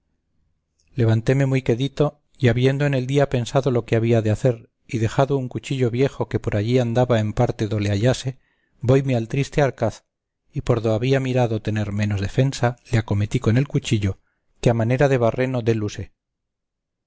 levantéme muy quedito y habiendo en el día pensado lo que había de hacer y dejado un cuchillo viejo que por allí andaba en parte do le hallase voyme al triste arcaz y por do había mirado tener menos defensa le acometí con el cuchillo que a manera de barreno dél usé